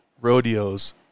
rodeos